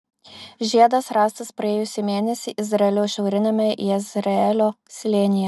žiedas rastas praėjusį mėnesį izraelio šiauriniame jezreelio slėnyje